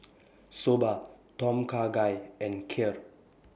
Soba Tom Kha Gai and Kheer